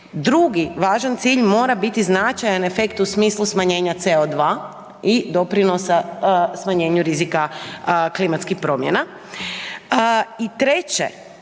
Drugi važan cilj mora biti značajan efekt u smislu smanjenja CO2 i doprinosa smanjenju rizika klimatskih promjena i treće